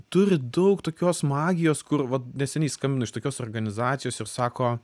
turi daug tokios magijos kur vat neseniai skambino iš tokios organizacijos ir sako